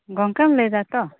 ᱜᱚᱝᱠᱮᱢ ᱞᱟ ᱭᱮᱫᱟ ᱛᱚ